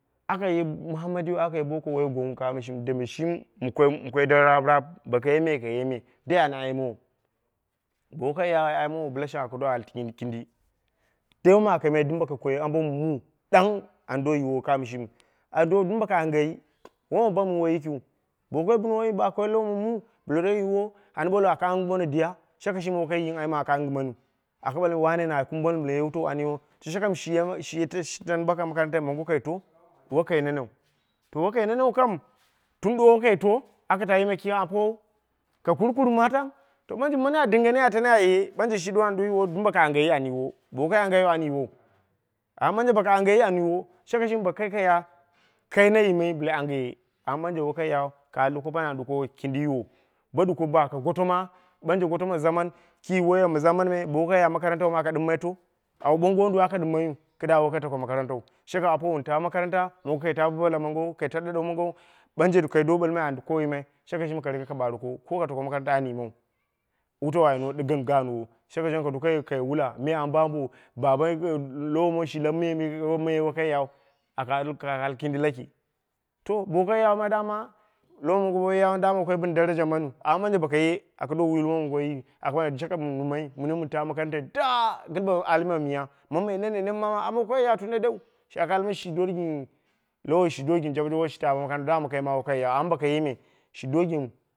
Aka ye muhammadiya aka ye bokowo dembe shimɨ mɨ koi dai mu kai raaprusi boko ye me ka ye me dai an aimowo, bo woi kai yau aimu aka do al kindikindi dai wom aka yimai dɨm boko koi ambo ma mu ɗang an do yiwo kamo shimi ai do dɨm boko angeyi wom bəm woi yikiw mongoi kɨm baka wai baka koi lowoma mu ba doni yiwo an ɓalwo aka angɨmo no diya shakai shimi woi kai gɨm ayim ma angɨmaniu aka ɓalmai wane na kumbumani bɨla ye wutau an yiwou ge sholkam shi tani bo kang makarantai kai to? Woi kai neneu, to wokai neneu kam, dumbowo kaito? Aka ta yimai ki ma apowou, ka kurkurma tang, to ɓanje mani a dingenia tani aye ɓanje shi dona an do yiwo dɨm boko angeyi an yiwo, bo angayau ani yiwou. Amma dai boko angeyi ani yiwo, shakai shimi bo kai kai ya, kai na yimai bɨla angeghe, amma dei woi kai yau ka ali ɗeko pani an ɗuko kindi yiwo ba ɗuko baka gota ma, ɓanje goti ma zaman ki waya ma zaman me bo wokai ya makarantau aka ɗɨmmai to, au ɓongo wonda woi waka ɗɨmmaiyu kɨdda woi kai taka makarantau shakkam apowo wun ta makaranta mongo ka ta bo balabala mongo ka ta ɗoɗau mongo ɓanje kai do ɓolmai aka do yimai shakai shimi ka ɓarokoko ka tako makaranta wani yimau wutau ayeni dɨgɨm gaanwo, shakai shimi ka doko ka ye kai wula, me ambo ambo, baba lowo mongo shi lau me me woi kai yau aka al kindi laki. To bo wookai yau ma dama lowo mongo woi yau woi ka bɨna daraja maniu amma dai boko ye aka ɓalmai mini man ta makarantai da ati ma miya, mammai nene nemma, amma woi kai ya tun ɗeɗelu sha kai almai shi do gɨn lowo shi doni gɨn joɓojaɓo shi tama makaranta amma boko ye me shi do gɨn.